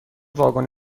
واگن